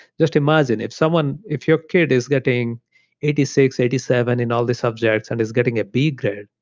just imagine, if someone, if your kid is getting eighty six, eighty seven in all the subjects and is getting a b grade,